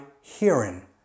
hearing